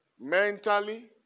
mentally